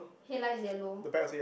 headlights yellow